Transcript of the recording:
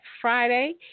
Friday